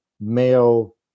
male